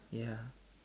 ya